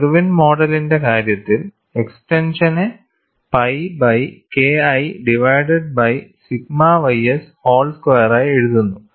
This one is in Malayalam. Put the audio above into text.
ഇർവിൻ മോഡലിന്റെ കാര്യത്തിൽ എക്സ്റ്റെൻഷനെ pi by KI divided by sigma ys whole സ്ക്വയറായി എഴുതുന്നു